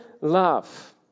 love